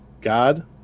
God